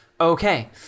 Okay